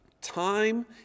Time